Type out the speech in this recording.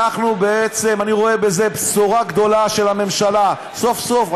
אני רואה בזה בשורה גדולה של הממשלה, סוף-סוף.